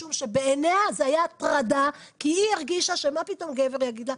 משום שבעיניה זה היה הטרדה כי היא הרגישה שמה פתאום גבר יגיד לה.